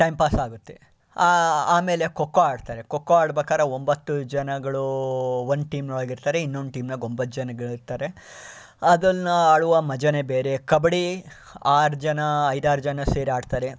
time ಪಾಸಾಗುತ್ತೆ ಆಮೇಲೆ ಖೋಖೋ ಆಡ್ತಾರೆ ಖೋಖೋ ಆಡ್ಬೇಕಾದ್ರೆ ಒಂಬತ್ತು ಜನಗಳು ಒಂದು ಟೀಮ್ನೊಳಗಿರ್ತಾರೆ ಇನ್ನೊಂದು ಟೀಮ್ನಾಗೆ ಒಂಬತ್ತು ಜನಗಳಿರ್ತಾರೆ ಅದನ್ನು ಆಡುವ ಮಜಾನೇ ಬೇರೆ ಕಬಡ್ಡಿ ಆರು ಜನ ಐದಾರು ಜನ ಸೇರಿ ಆಡ್ತಾರೆ